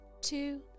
two